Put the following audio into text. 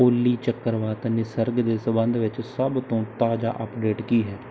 ਓਲੀ ਚੱਕਰਵਾਤ ਨਿਸਰਗ ਦੇ ਸੰਬੰਧ ਵਿੱਚ ਸਭ ਤੋਂ ਤਾਜ਼ਾ ਅਪਡੇਟ ਕੀ ਹੈ